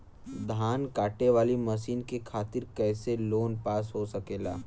धान कांटेवाली मशीन के खातीर कैसे लोन पास हो सकेला?